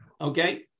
okay